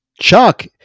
chuck